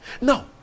Now